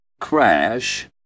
Crash